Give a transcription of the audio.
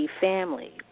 family